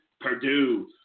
Purdue